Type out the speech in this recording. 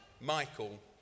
Michael